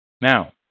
Now